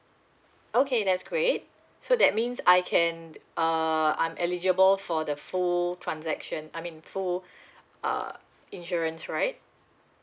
okay that's great so that means I can uh I'm eligible for the full transaction I mean full uh insurance right